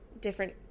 different